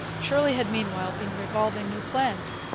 shirley had meanwhile been revolving new plans,